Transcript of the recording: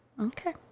Okay